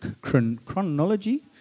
chronology